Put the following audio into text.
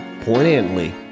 poignantly